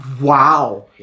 wow